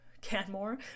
canmore